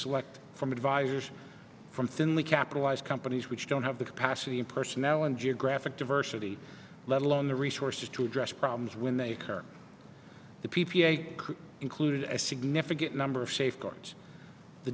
select from advisors from thinly capitalized companies which don't have the capacity in personnel and geographic diversity let alone the resources to address problems when they occur the p p a included a significant number of safeguards the